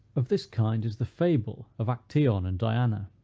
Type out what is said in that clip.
of this kind is the fable of actaeon and diana.